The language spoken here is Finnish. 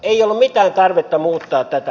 ei ollut mitään tarvetta muuttaa tätä